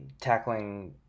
Tackling